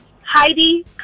Heidi